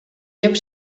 llop